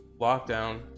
lockdown